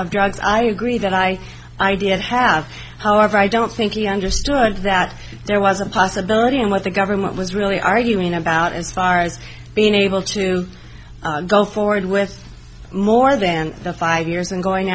of drugs i agree that i idea of have however i don't think he understood that there was a possibility and what the government was really arguing about as far as being able to go forward with more than five years and going